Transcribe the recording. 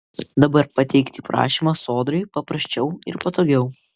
dabar pateikti prašymą sodrai paprasčiau ir patogiau